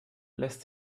lässt